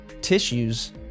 tissues